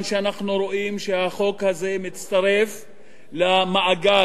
שאנחנו רואים שהחוק הזה מצטרף למעגל,